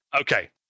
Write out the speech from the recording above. Okay